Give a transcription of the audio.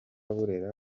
burera